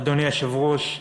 אדוני היושב-ראש,